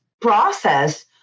process